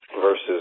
versus